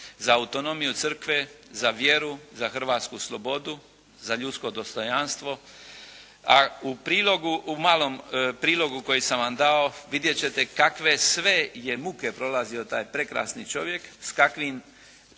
za autonomiju crkve, za vjeru, za hrvatsku slobodu, za ljudsko dostojanstvo. A u prilogu, u malom prilogu koji sam vam dao vidjet ćete kakve sve je muke prolazio taj prekrasni čovjek, s kakvim tihim